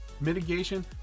Mitigation